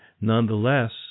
Nonetheless